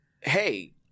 hey